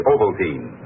Ovaltine